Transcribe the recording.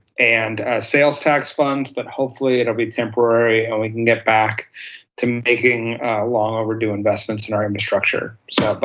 and sales tax funds, but hopefully it will be temporary and we can get back to making a long overdue investments in our infrastructure. so, but